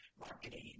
marketing